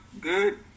good